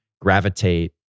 gravitate